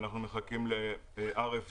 ואנחנו מחכים ל-RFD,